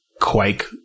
Quake